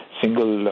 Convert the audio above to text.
single